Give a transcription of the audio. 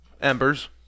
Embers